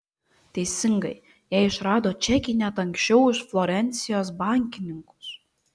teisingai jie išrado čekį net anksčiau už florencijos bankininkus